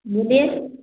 बोलिए